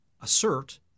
assert